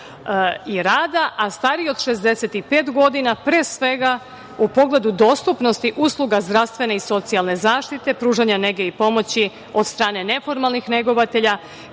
i rada, a stariji od 65 godina, pre svega, u pogledu dostupnosti usluga zdravstvene i socijalne zaštite, pružanja nege i pomoći od strane neformalnih negovatelja,